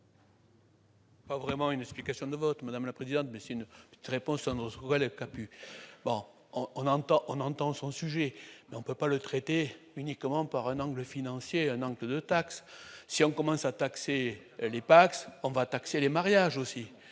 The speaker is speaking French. Pas vraiment une explication de vote, madame la présidente, mais c'est une réponse à Moscou est le campus, bon on entend, on entend son sujet, mais on peut pas le traiter uniquement par un angle financier Nantes de taxes si on commence à taxer les Pacs : on va taxer les mariages aussi